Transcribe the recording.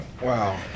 Wow